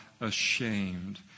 ashamed